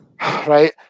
Right